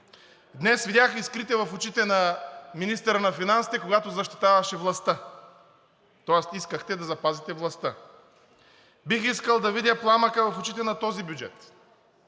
Днес видях искрите в очите на министъра на финансите, когато защитаваше властта. Тоест искахте да запазите властта. Бих искал да видя пламъка в очите на този бюджет,